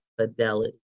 fidelity